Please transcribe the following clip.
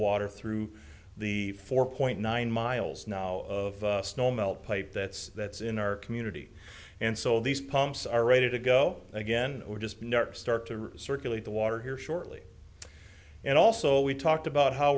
water through the four point nine miles now of snow melt pipe that's that's in our community and so these pumps are ready to go again we're just now start to recirculate the water here shortly and also we talked about how